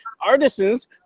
artisans